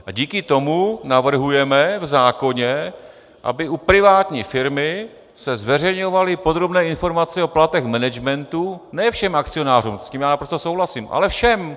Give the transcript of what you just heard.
A díky tomu navrhujeme v zákoně, aby u privátní firmy se zveřejňovaly podrobné informace o platech managementu ne všem akcionářům, s tím já naprosto souhlasím, ale všem.